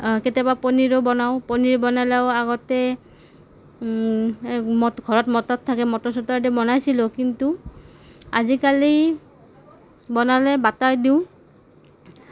কেতিয়াবা পনীৰো বনাওঁ পনীৰ বনালেও আগতে ঘৰত মটৰ থাকে মটৰ চটৰ দি বনাইছিলোঁ কিন্তু আজিকালি বনালে বাটাৰ দিওঁ